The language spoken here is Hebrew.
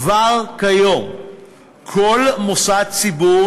כבר כיום כל מוסד ציבור,